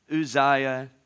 Uzziah